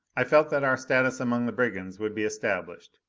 i felt that our status among the brigands would be established.